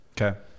Okay